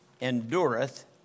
endureth